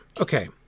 Okay